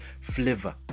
flavor